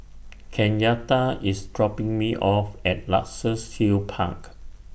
Kenyatta IS dropping Me off At Luxus Hill Park